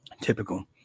typical